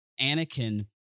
Anakin